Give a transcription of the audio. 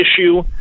issue